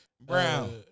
Brown